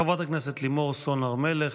חברת הכנסת לימור סון הר מלך,